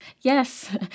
Yes